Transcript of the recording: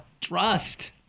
trust